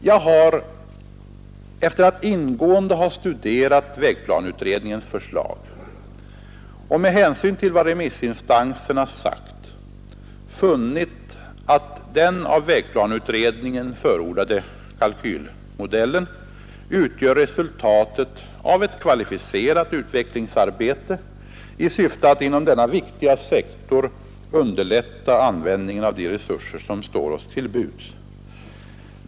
Jag har efter att ingående ha studerat vägplaneutredningens förslag och med hänsyn till vad remissinstanserna sagt funnit att den av vägplaneutredningen förordade kalkylmodellen utgör resultatet av ett kvalificerat utvecklingsarbete i syfte att inom denna viktiga sektor underlätta användningen av de resurser som står oss till buds.